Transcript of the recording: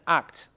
act